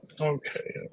Okay